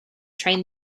train